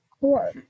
four